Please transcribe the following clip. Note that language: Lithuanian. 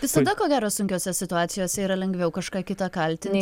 visada ko gero sunkiose situacijose yra lengviau kažką kitą kaltint